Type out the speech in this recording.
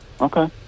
Okay